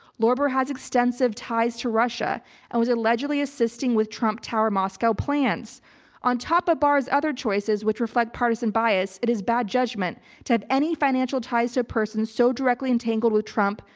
lorber has extensive ties to russia and was allegedly assisting with trump tower moscow plans on top of barr's other choices which reflect partisan bias. it is bad judgement to have any financial ties to a person, so directly in tangled with trump,